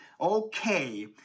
Okay